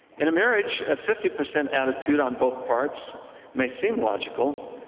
in a marriage, a fifty percent attitude on both parts may seem logical,